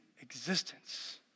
existence